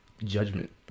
judgment